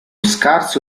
scarso